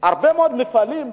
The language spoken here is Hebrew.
הרבה מאוד מפעלים,